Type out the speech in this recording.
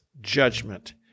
judgment